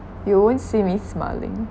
you won't see me smiling